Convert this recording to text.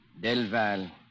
Delval